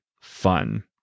fun